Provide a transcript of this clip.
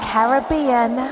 Caribbean